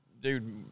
dude